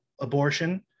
abortion